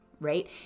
right